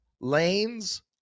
lanes